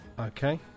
Okay